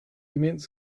immense